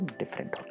different